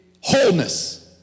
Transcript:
wholeness